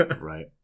Right